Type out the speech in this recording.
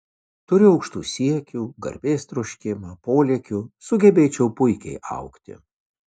turiu aukštų siekių garbės troškimą polėkių sugebėčiau puikiai augti